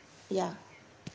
ya